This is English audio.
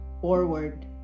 forward